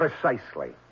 Precisely